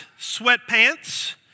sweatpants